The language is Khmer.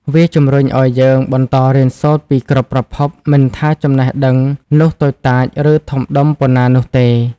វាជំរុញឲ្យយើង បន្តរៀនសូត្រពីគ្រប់ប្រភព មិនថាចំណេះដឹងនោះតូចតាច ឬធំដុំប៉ុណ្ណានោះទេ។